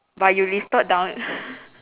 but you listed down